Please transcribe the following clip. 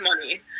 money